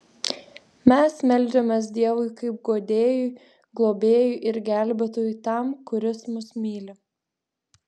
mes meldžiamės dievui kaip guodėjui globėjui ir gelbėtojui tam kuris mus myli